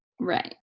right